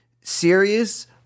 serious